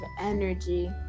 energy